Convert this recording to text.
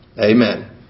Amen